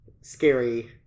scary